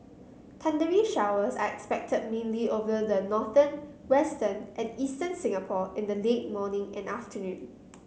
thundery showers are expected mainly over the northern western and eastern Singapore in the late morning and afternoon